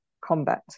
combat